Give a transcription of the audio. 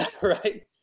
right